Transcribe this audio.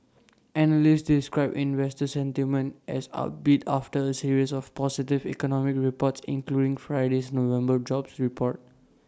analysts described investor sentiment as upbeat after A series of positive economic reports including Friday's November jobs report